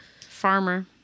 farmer